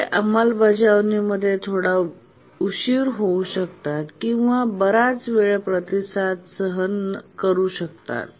ते अंमलबजावणी मध्ये थोडा उशीर होऊ शकतात किंवा बराच वेळ प्रतिसाद सहन करू शकतात